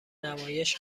نمایش